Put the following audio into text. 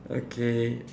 okay